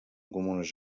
comunes